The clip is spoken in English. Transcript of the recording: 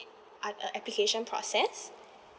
ap~ uh application process